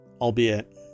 albeit